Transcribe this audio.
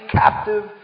captive